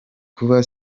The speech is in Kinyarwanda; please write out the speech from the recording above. kuba